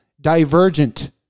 divergent